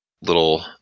little